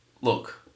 Look